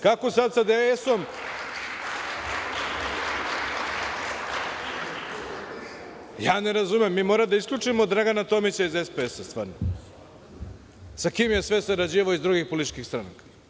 Kako sada sa DS, ne razumem, mi moramo da isključimo Dragana Tomića iz SPS, stvarno, sa kime je sve sarađivao iz drugih političkih stranaka.